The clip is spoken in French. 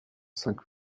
cinq